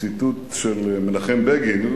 ציטוט של מנחם בגין,